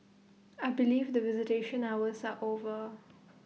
I believe that visitation hours are over